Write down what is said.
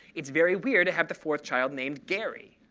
it's very weird to have the fourth child named gary.